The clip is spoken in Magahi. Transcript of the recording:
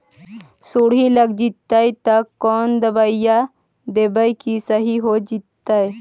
सुंडी लग जितै त कोन दबाइ देबै कि सही हो जितै?